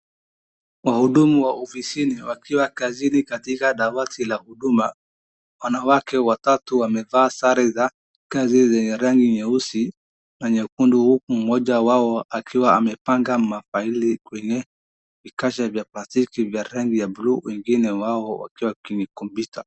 Wahudumu wa ofisini wakiwa kazini katika dawati la huduma, wanawake watatu wamevaa sare za kazi zenye rangi nyeusi na nyekundu huku mmoja wao akiwa amepanga mafaili kwenye vipasa vya plastiki vya rangi ya blue wengine wao wakiwa kwenye computer .